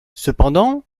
cependant